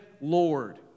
lord